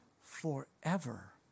forever